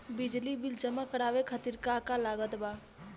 बिजली बिल जमा करावे खातिर का का लागत बा?